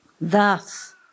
Thus